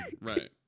right